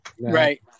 Right